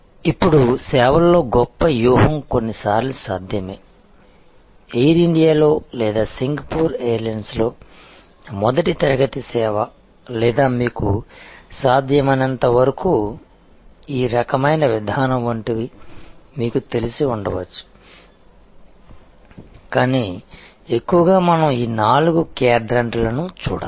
ఇప్పుడు సేవల్లో గొప్ప వ్యూహం కొన్నిసార్లు సాధ్యమే ఎయిర్ ఇండియాలో లేదా సింగపూర్ ఎయిర్లైన్స్లో మొదటి తరగతి సేవ లేదా మీకు సాధ్యమైనంత వరకు ఈ రకమైన విధానం వంటివి మీకు తెలిసి ఉండవచ్చు కానీ ఎక్కువగా మనం ఈ నాలుగు క్వాడ్రాంట్లను చూడాలి